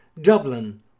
Dublin